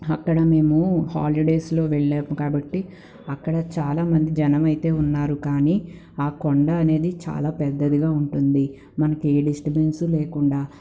అక్కడ మేము హాలిడేస్లో వెళ్ళాం కాబట్టి అక్కడ చాలా మంది జనమైతే ఉన్నారు కానీ ఆ కొండ అనేది చాలా పెద్దదిగా ఉంటుంది మనకు ఏ డిస్టబెన్సు లేకుండా